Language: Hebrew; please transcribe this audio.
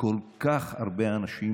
לכל כך הרבה אנשים